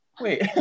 Wait